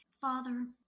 Father